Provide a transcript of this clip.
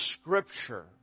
Scripture